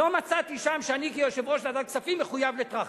לא מצאתי שם שאני כיושב-ראש ועדת הכספים מחויב לטרכטנברג.